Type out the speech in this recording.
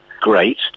great